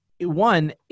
one